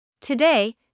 Today